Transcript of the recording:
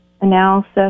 analysis